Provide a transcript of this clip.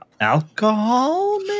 alcohol